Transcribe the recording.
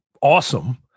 awesome